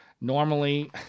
Normally